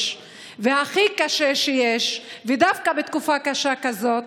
והכי קשה שיש דווקא בתקופה קשה כזאת,